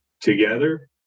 together